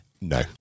No